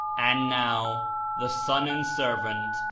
and now the son and servant,